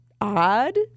odd